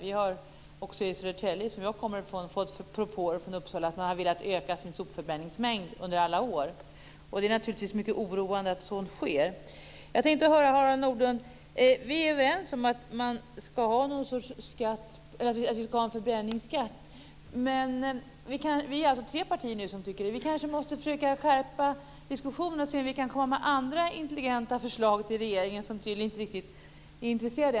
I Södertälje, som jag kommer från, har vi under alla år fått propåer från Uppsala om att man har velat öka sin sopförbränningsmängd. Det är naturligtvis mycket oroande att sådant sker. Vi är överens om att ha något slags förbränningsskatt. Vi är tre partier som tycker så. Vi måste kanske försöka skärpa diskussionen och se om det kan komma andra intelligenta förslag till regeringen - som tydligen inte är riktigt intresserad.